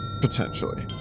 potentially